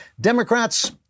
Democrats